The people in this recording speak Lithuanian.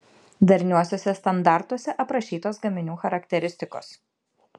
darniuosiuose standartuose aprašytos gaminių charakteristikos